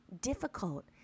Difficult